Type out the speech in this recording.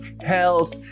health